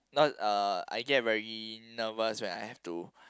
not uh I get very nervous when I have to